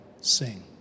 sing